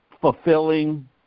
fulfilling